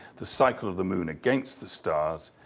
the cycle of the moon against the stars,